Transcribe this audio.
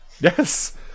Yes